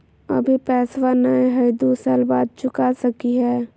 अभि पैसबा नय हय, दू साल बाद चुका सकी हय?